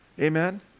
Amen